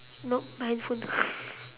nope my handphone